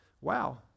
Wow